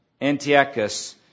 Antiochus